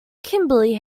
kimberly